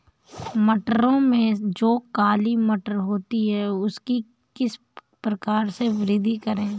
मटरों में जो काली मटर होती है उसकी किस प्रकार से वृद्धि करें?